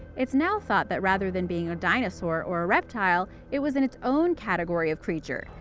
it's now thought that rather than being a dinosaur, or a reptile, it was in its own category of creature.